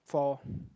for